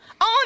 On